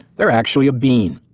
they're actually a bean.